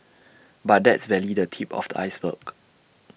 but that's barely the tip of the iceberg